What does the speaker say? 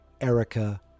Erica